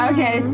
Okay